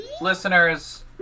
listeners